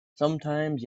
sometimes